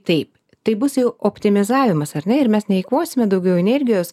taip tai bus jau optimizavimas ar ne ir mes neeikvosime daugiau energijos